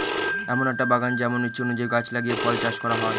এমন একটা বাগান যেমন ইচ্ছে অনুযায়ী গাছ লাগিয়ে ফল চাষ করা হয়